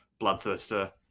Bloodthirster